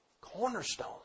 Cornerstone